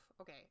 Okay